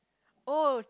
oh